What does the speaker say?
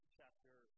Chapter